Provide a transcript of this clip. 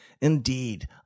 Indeed